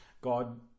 God